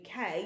UK